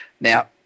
Now